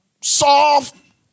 soft